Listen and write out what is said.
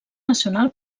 nacional